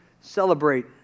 celebrate